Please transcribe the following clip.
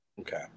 Okay